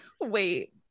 Wait